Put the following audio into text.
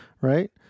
right